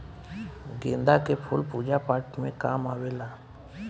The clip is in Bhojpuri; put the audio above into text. गेंदा के फूल पूजा पाठ में काम आवेला